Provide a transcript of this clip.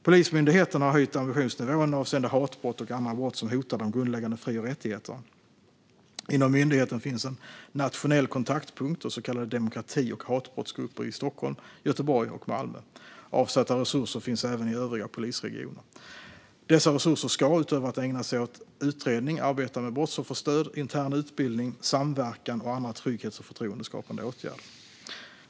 Polismyndigheten har höjt ambitionsnivån avseende hatbrott och andra brott som hotar de grundläggande fri och rättigheterna. Inom myndigheten finns en nationell kontaktpunkt och så kallade demokrati och hatbrottsgrupper i Stockholm, Göteborg och Malmö. Avsatta resurser finns även i övriga polisregioner. Dessa resurser ska, utöver att ägna sig åt utredning, arbeta med brottsofferstöd, intern utbildning, samverkan och andra trygghets och förtroendeskapande åtgärder.